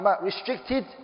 Restricted